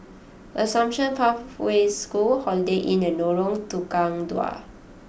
Assumption Pathway School Holiday Inn and Lorong Tukang Dua